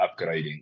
upgrading